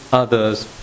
others